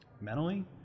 Mentally